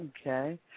Okay